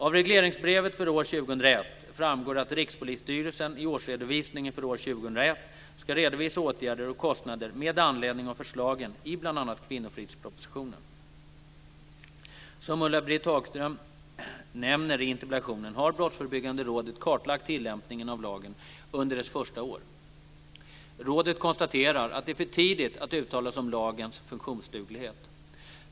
Av regleringsbrevet för år 2001 framgår att Rikspolisstyrelsen i årsredovisningen för år 2001 ska redovisa åtgärder och kostnader med anledning av förslagen i bl.a. kvinnofridspropositionen. Som Ulla-Britt Hagström nämner i interpellationen har Brottsförebyggande rådet kartlagt tillämpningen av lagen under dess första år. Rådet konstaterar att det är för tidigt att uttala sig om lagens funktionsduglighet.